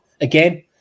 again